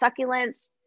succulents